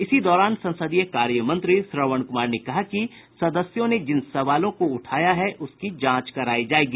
इसी दौरान संसदीय कार्यमंत्री श्रवण कुमार ने कहा कि सदस्यों ने जिन सवालों को उठाया है उसकी जांच करायी जायेगी